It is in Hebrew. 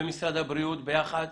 ומשרד הבריאות ביחד